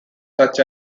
such